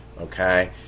okay